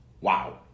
Wow